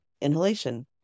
inhalation